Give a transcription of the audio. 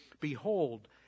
Behold